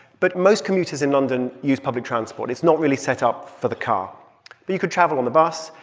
but most commuters in london use public transport. it's not really set up for the car. but you could travel on the bus.